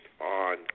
on